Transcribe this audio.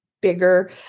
bigger